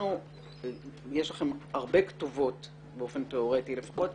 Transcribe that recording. יש לכם הרבה כתובות באופן תיאורטי לפחות,